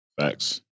facts